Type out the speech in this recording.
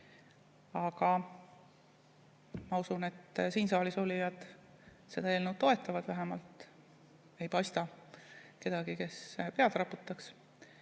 Ma usun, et siin saalis olijad seda eelnõu toetavad, vähemalt ei paista kedagi, kes pead raputaks.